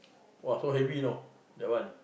!wah! so heavy you know that one